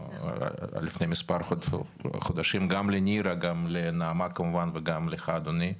לפני מספר חודשים גם לנירה גם לנעמה כמובן וגם לך אדוני.